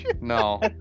No